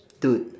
dude